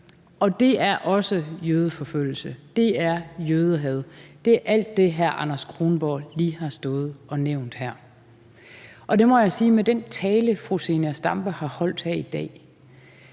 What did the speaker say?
og det er også jødeforfølgelse, det er jødehad, det er alt det, hr. Anders Kronborg lige har stået og nævnt her. Og jeg må sige, at med den tale, fru Zenia Stampe har holdt her i dag,